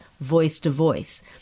voice-to-voice